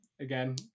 again